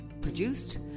produced